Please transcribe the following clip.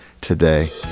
today